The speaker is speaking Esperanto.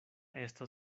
estas